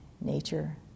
nature